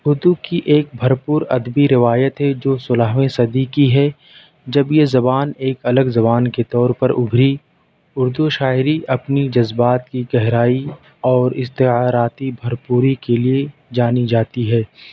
اردو کی ایک بھرپور ادبی روایت ہے جو سولہویں صدی کی ہے جب یہ زبان ایک الگ زبان کے طور پر ابھری اردو شاعری اپنی جذبات کی گہرائی اور استعاراتی بھرپوری کے لئے جانی جاتی ہے